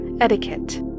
etiquette